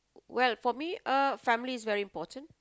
well for me uh family is very important